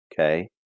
Okay